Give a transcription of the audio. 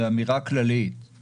זאת אמירה כללית,